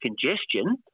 congestion